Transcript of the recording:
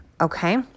Okay